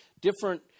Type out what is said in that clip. different